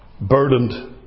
burdened